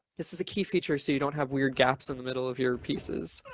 this is a key feature. so you don't have weird gaps in the middle of your pieces.